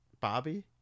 Bobby